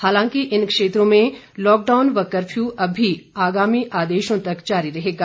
हालांकि इन क्षेत्रों में लॉकडाउन व कफ्र्यू अभी आगामी आदेशों तक जारी रहेगा